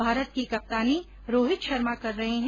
भारत की कप्तानी रोहित शर्मा कर रहे है